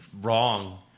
wrong